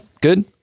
Good